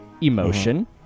emotion